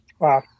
Wow